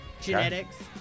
Genetics